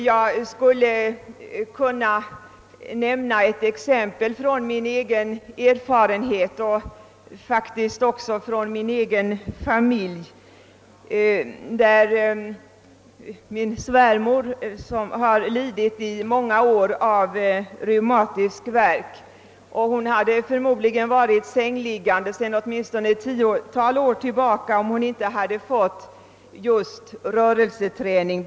Jag kan nämna ett exempel från min egen erfarenhet, som faktiskt är taget från min egen familj. Min svärmor som lidit i många år av reumatisk värk hade förmodligen varit sängliggande sedan åtminstone ett tiotal år tillbaka, om hon inte hade fått just bl.a. rörelseträning.